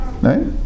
Right